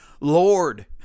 Lord